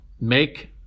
Make